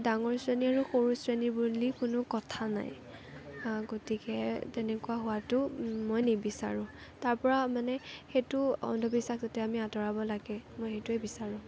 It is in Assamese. ডাঙৰ শ্ৰেণী আৰু সৰু শ্ৰেণী বুলি কোনো কথা নাই গতিকে তেনেকুৱা হোৱাতো মই নিবিচাৰোঁ তাৰপৰা মানে সেইটো অন্ধবিশ্বাস যাতে আমি আঁতৰাব লাগে মই সেইটোৱে বিচাৰোঁ